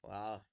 Wow